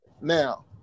Now